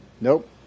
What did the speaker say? Nope